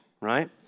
right